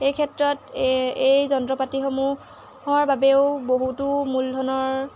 এই ক্ষেত্ৰত এই যন্ত্ৰপাতিসমূহৰ বাবেও বহুতো মূলধনৰ